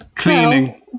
cleaning